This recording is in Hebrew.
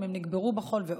אם הם נקברו בחול ועוד.